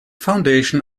foundation